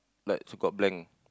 like so called blank